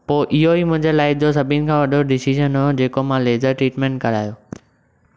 पोइ इहो ई मुंहिंजे लाइफ जो सभिनि खां वॾो डिसीज़न हुओ जेको मां लेज़र ट्रीटमेन्ट करायो